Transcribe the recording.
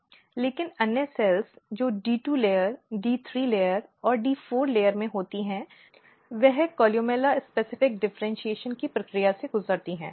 लेकिन अन्य सेल्स जो डी 2 लेयर डी 3 लेयर और डी 4 लेयर में होती हैं वे कोलुमेला विशिष्ट डिफ़र्इन्शीएशन की प्रक्रिया से गुजरती हैं